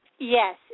Yes